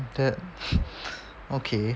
that okay